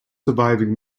surviving